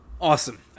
Awesome